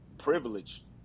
privilege